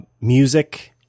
music